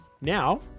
now